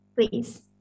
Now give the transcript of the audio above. Please